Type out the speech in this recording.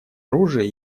оружия